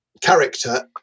character